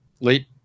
late